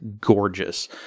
gorgeous